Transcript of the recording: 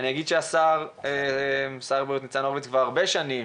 אני אומר שלשר הבריאות הורביץ כבר הרבה שנים